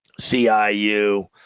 CIU